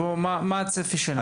מה הצפי שלנו?